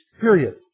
period